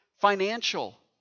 financial